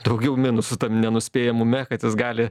daugiau minusų nenuspėjamume kad jis gali